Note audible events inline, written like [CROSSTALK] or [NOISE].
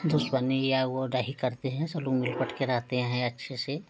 दुश्मनी या वो नहीं करते हैं सब लोग [UNINTELLIGIBLE] के रहते हैं अच्छे से